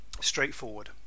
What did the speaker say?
Straightforward